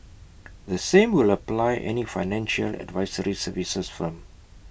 the same will apply any financial advisory services firm